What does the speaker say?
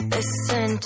Listen